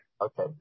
Okay